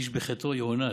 איש בחטאו יוענש,